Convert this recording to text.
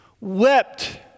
wept